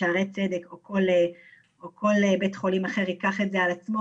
שערי צדק או כל בית חולים אחר ייקח את זה על עצמו,